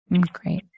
Great